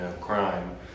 crime